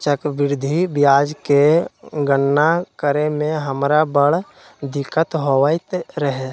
चक्रवृद्धि ब्याज के गणना करे में हमरा बड़ दिक्कत होइत रहै